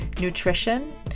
nutrition